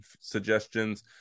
suggestions